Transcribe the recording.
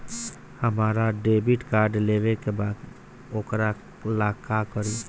हमरा credit card लेवे के बा वोकरा ला का करी?